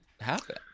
happen